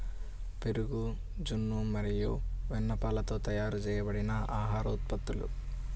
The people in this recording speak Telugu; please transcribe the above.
పెరుగు, జున్ను మరియు వెన్నపాలతో తయారు చేయబడిన ఆహార ఉత్పత్తులు